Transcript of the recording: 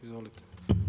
Izvolite.